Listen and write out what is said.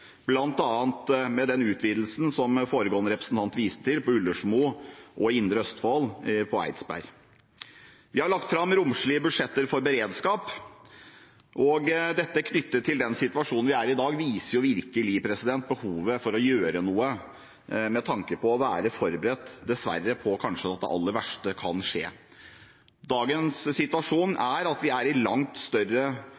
bl.a. med utvidelsen som foregående representant viste til, ved Ullersmo fengsel og Indre Østfold fengsel, Eidsberg. Vi har lagt fram romslige budsjetter for beredskap. Den situasjonen vi er i i dag, viser virkelig behovet for å gjøre noe med tanke på å være forberedt – dessverre – på at det aller verste kanskje kan skje. Dagens situasjon er at vi er i langt